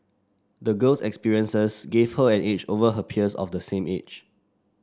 the girl's experiences gave her an edge over her peers of the same age